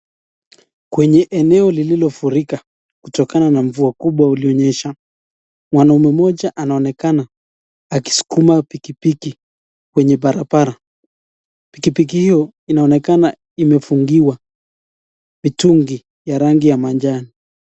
Kwenye eneo lililofurika kutokana na mvua kubwa ulionyesha , mwanaume mmoja anaonekana akisukuma pikipiki kwenye barabara, pikipiki hiyo inaonekana imefungiwa mitungi ya rangi ya majano.